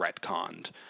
retconned